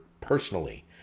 personally